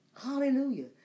Hallelujah